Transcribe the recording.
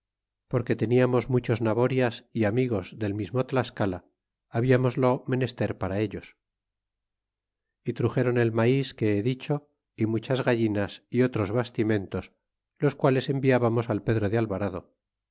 porque teniamos muchos naborias e amigos del mismo tlascala labiamoslo menester para ellos ó truxéron el mais que he dicho é muchas gallinas ó otros bastimentes los quales enviábamos al pedro de alvarado